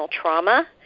trauma